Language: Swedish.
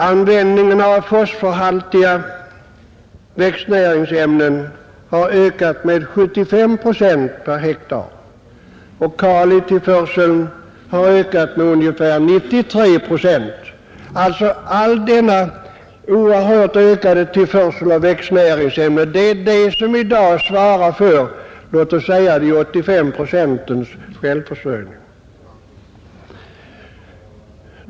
Användningen av fosforhaltiga växtnäringsämnen har ökat med 75 procent per hektar och kalitillförseln har ökat med ungefär 93 procent. Det är denna oerhört ökade tillförsel av växtnäringsämnen som i dag svarar för den 85-procentiga självförsörjningen.